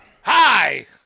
Hi